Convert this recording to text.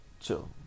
chill